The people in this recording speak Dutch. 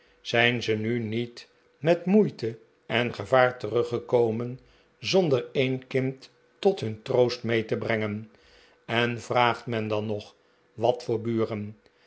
zijn ze nu niet met moeite en gevaar teruggekomen zonder een kind tot nun troost mee te brengen en vraagt men dan nog wat voor buren